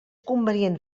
convenient